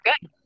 good